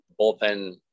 bullpen